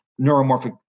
neuromorphic